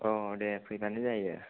दे फैबानो जायो